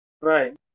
Right